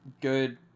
good